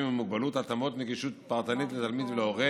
עם מוגבלות (התאמות נגישות פרטנית לתלמיד ולהורה),